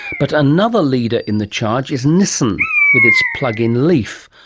but another leader in the charge is nissan with its plug-in leaf.